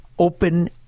open